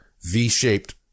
V-shaped